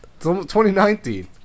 2019